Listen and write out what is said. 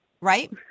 right